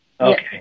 Okay